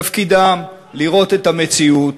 תפקידם לראות את המציאות,